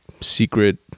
secret